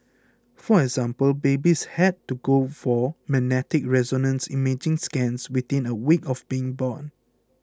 for example babies had to go for magnetic resonance imaging scans within a week of being born